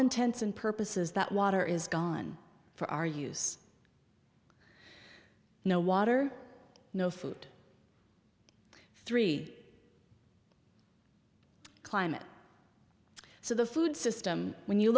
intents and purposes that water is gone for our use no water no food three climate so the food system when you